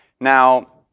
now,